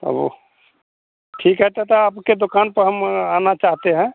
तबौ ठीक है तब ताे आपके दुकान पर हम आना चाहते हैं